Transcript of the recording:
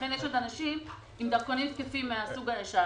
לכן יש עוד אנשים עם דרכונים תקפים מן הסוג הישן.